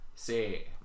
say